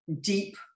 deep